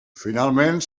finalment